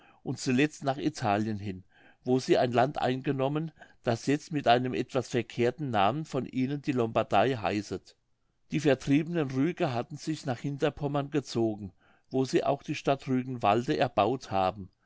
und zuletzt nach italien hin wo sie ein land eingenommen das jetzt mit einem etwas verkehrten namen von ihnen die lombardei heißet die vertriebenen rüger hatten sich nach hinterpommern gezogen wo sie auch die stadt rügenwalde erbaut haben